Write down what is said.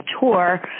tour